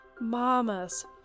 mamas